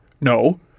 No